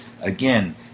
Again